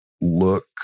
look